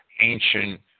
ancient